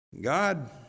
god